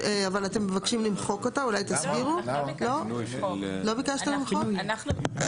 בפתח הדיון אני מבקש להדגיש כי אנו מודעים ויודעים שעל אף